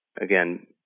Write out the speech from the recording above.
Again